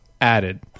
added